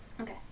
Okay